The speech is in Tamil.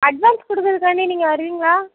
அட்வான்ஸ் கொடுக்கறதுக்காண்டி நீங்கள் வருவீங்களா